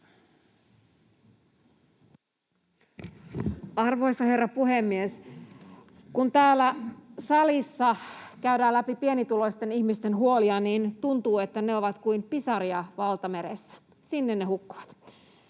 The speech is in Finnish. Arvoisa herra puhemies! Kun täällä salissa käydään läpi pienituloisten ihmisten huolia, tuntuu siltä, että ne ovat kuin pisaroita valtameressä — sinne ne hukkuvat.